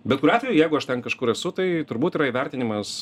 bet kuriuo atveju jeigu aš ten kažkur esu tai turbūt yra įvertinimas